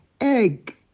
egg